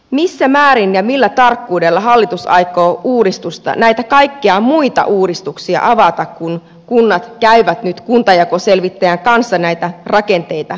missä määrin ja millä tarkkuudella hallitus aikoo uudistusta näitä kaikkia muita uudistuksia avata kun kunnat käyvät nyt kuntajakoselvittäjän kanssa näitä rakenteita lävitse